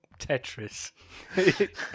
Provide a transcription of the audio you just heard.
Tetris